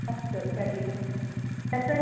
अस्तु तर्हि तत्सर्व